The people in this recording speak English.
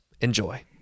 Enjoy